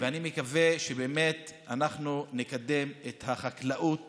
ואני מקווה שאנחנו נקדם את החקלאות